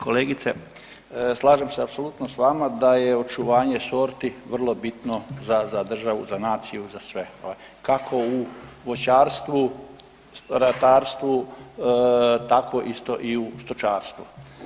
Kolegice, slažem se apsolutno s vama da je očuvanje sorti vrlo bitno za državu, za naciju, za sve kako u voćarstvu, ratarstvu tako isto i u stočarstvu.